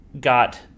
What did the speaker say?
got